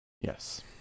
Yes